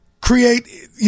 create